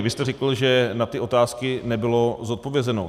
Vy jste řekl, že ty otázky nebyly odpovězeno.